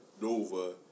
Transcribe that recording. Nova